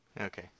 Okay